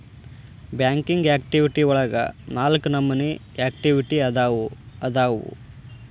banking activity ಒಳಗ ನಾಲ್ಕ ನಮೋನಿ ಆಕ್ಟಿವಿಟಿ ಅದಾವು ಅದಾವು